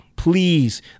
Please